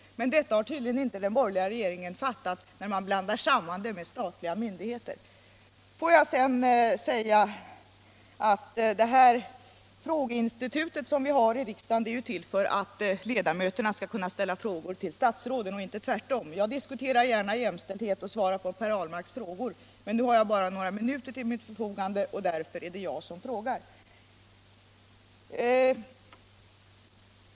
Men det har tydligen inte den borgerliga regeringen fattat utan blandar samman detta med statliga myndigheter. Låt mig sedan påpeka att det frågeinstitut som vi har här i riksdagen är till för att ledamöterna skall kunna ställa frågor till statsråden — inte tvärtom. Jag diskuterar gärna jämställdheten och svarar på Per Ahlmarks frågor, men nu har jag bara några minuter till mitt förfogande, och därför är det jag som frågar.